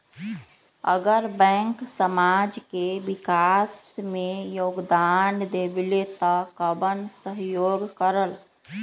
अगर बैंक समाज के विकास मे योगदान देबले त कबन सहयोग करल?